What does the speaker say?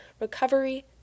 recovery